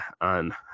on